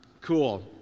Cool